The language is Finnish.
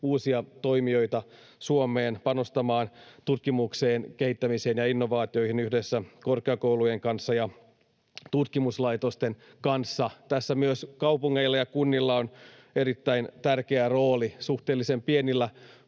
uusia toimijoita Suomeen panostamaan tutkimukseen, kehittämiseen ja innovaatioihin yhdessä korkeakoulujen ja tutkimuslaitosten kanssa. Tässä myös kaupungeilla ja kunnilla on erittäin tärkeä rooli. Suhteellisen pienillä